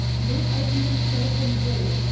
lord ivy himself on board.